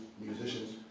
musicians